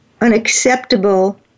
unacceptable